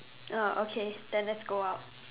oh okay then let's go out